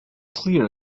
clear